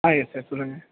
ஆ yes sir சொல்லுங்க